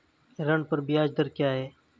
ऋण पर ब्याज दर क्या है?